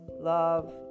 love